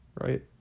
right